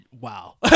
Wow